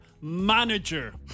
manager